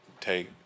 take